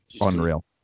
Unreal